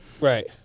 Right